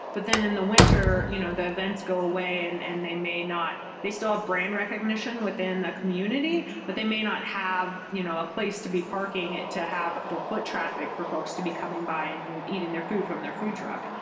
but then in the winter, you know the events go away and and they may not they still have brand recognition within the community, but they may not have you know a place to be parking to have the foot traffic for folks to be coming by and eating their food from their food truck.